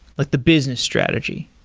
like the business strategy?